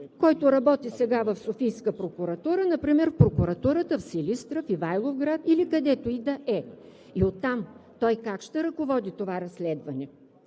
който работи сега в Софийска прокуратура, в прокуратурата в Силистра, в Ивайловград или където и да е. Оттам той как ще ръководи това разследване?!